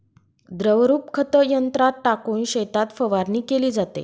द्रवरूप खत यंत्रात टाकून शेतात फवारणी केली जाते